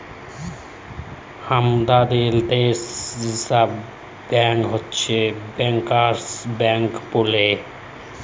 হামাদের দ্যাশে reserve bank হচ্ছ ব্যাংকার্স ব্যাঙ্ক বলে